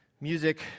music